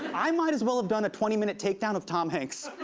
i might as well have done a twenty minute takedown of tom hanks.